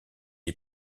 est